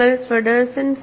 നിങ്ങൾ Feddersen Feddersen